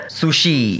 sushi